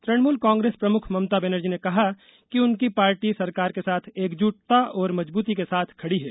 तुणमूल कांग्रेस प्रमुख ममता बनर्जी ने कहा कि उनकी पार्टी सरकार के साथ एकजुटता के साथ मजबूती के साथ खडी है